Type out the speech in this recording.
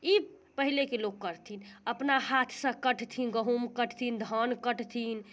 ई पहिलेके लोक करथिन अपना हाथसँ कटथिन गहुम कटथिन धान कटथिन